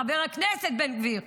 חבר הכנסת בן גביר,